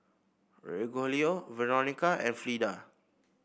Rogelio Veronica and Fleda